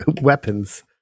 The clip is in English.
weapons